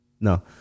No